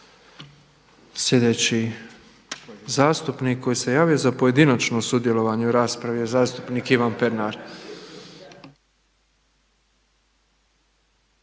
Sljedeći zastupnik koji se javio za pojedinačno sudjelovanje u raspravi je zastupnik Ivan Peranr.